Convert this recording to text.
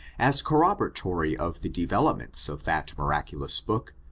as corroboratory of the developments of that miraculous book,